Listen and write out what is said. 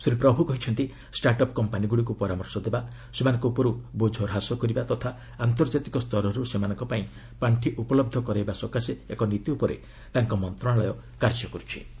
ଶ୍ରୀ ପ୍ରଭୁ କହିଛନ୍ତି startup କମ୍ପାନୀଗୁଡ଼ିକୁ ପରାମର୍ଶ ଦେବା ସେମାନଙ୍କ ଉପରୁ ବୋଝ ହ୍ରାସ କରିବା ତଥା ଆନ୍ତର୍ଜାତିକ ସ୍ତରରୁ ସେମାନଙ୍କ ପାଇଁ ପାର୍ଷି ଉପଲହ୍ଧ କରାଇବା ସକାଶେ ଏକ ନୀତି ଉପରେ ତାଙ୍କ ମନ୍ତ୍ରଣାଳୟ କାର୍ଯ୍ୟ କର୍ତ୍ଥି